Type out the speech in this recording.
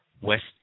West